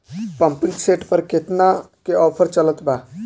Pumping set पर केतना के ऑफर चलत बा?